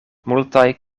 multaj